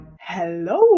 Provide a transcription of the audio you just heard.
Hello